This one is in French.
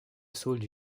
saule